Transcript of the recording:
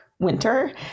winter